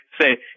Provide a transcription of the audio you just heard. say